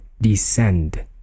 descend